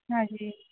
ਹਾਂਜੀ